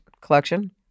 collection